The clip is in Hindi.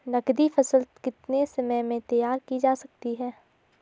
नगदी फसल कितने समय में तैयार की जा सकती है?